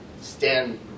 stand